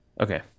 Okay